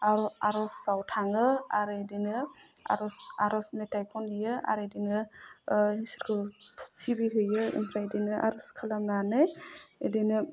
आर' आर'जआव थाङो आरो इदिनो आर'ज आर'ज मेथाइ खनहैयो आरो इदिनो ओह स्कुल सिबिहैयो ओमफ्राय इदिनो आर'ज खालामनानै इदिनो